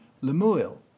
Lemuel